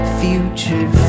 future